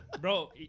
Bro